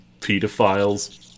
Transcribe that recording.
pedophiles